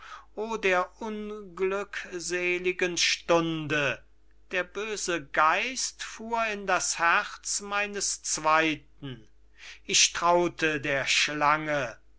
o der unglückseligen stunde der böse geist fuhr in das herz meines zweyten ich traute der schlange